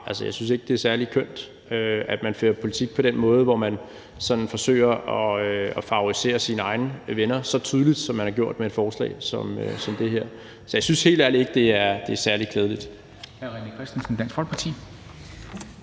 Jeg synes ikke, det er særlig kønt, at man fører politik på den måde, hvor man sådan forsøger at favorisere sine egne venner så tydeligt, som man har gjort med et forslag som det her. Så jeg synes helt ærligt ikke, det er særlig klædeligt.